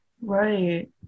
Right